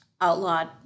outlawed